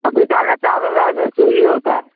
پپیتا کا چار ہزار سے شروع ہوتا ہے